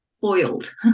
foiled